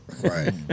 Right